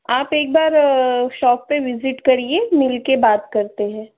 आप एक बार शॉप पर विजिट करिए मिलकर बात करते हैं